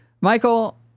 michael